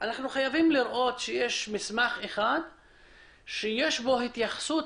אנחנו חייבים לראות שיש מסמך אחד שיש בו התייחסות